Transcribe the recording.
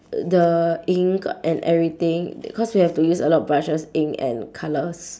the ink and everything cause we have to use a lot of brushes ink and colours